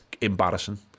embarrassing